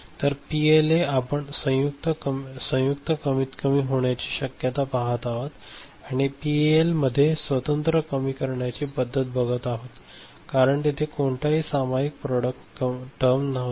तर पीएलएमध्ये आपण संयुक्त कमीतकमी होण्याची शक्यता पाहत आहोत आणि पीएएल मध्ये स्वतंत्र कमीकरण्याची पद्धत बघतो कारण तेथे कोणतीही सामायिक प्रॉडक्ट टर्म नव्हती